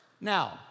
Now